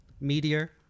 Meteor